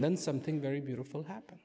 then something very beautiful happen